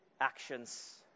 actions